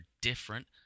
different